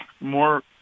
more